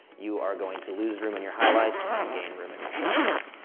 you are going to lose room in your highlights and gain room in your shadows.